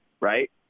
right